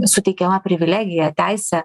suteikiama privilegija teisė